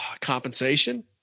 compensation